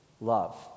love